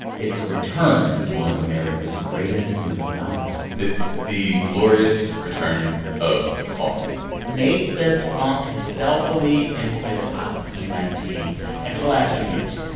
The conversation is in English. it's a return to one of america's greatest musical genres it's the glorious return of funk nate says funk has stealthily infiltrated pop and nineteen and for the last few years.